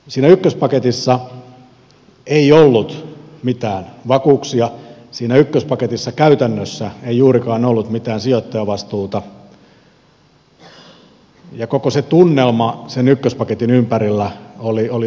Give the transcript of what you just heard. siinä ykköspaketissa ei ollut mitään vakuuksia siinä ykköspaketissa käytännössä ei juurikaan ollut mitään sijoittajavastuuta ja koko se tunnelma sen ykköspaketin ympärillä oli naiiviudessaan aika uskomaton